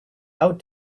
out